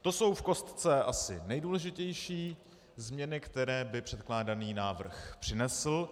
To jsou v kostce asi nejdůležitější změny, které by předkládaný návrh přinesl.